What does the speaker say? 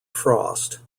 frost